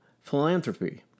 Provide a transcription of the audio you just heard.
philanthropy